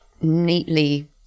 neatly